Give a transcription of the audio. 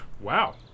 wow